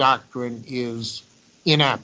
doctrine you know